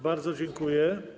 Bardzo dziękuję.